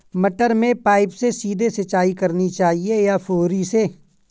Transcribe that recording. मटर में पाइप से सीधे सिंचाई करनी चाहिए या फुहरी से?